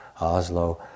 Oslo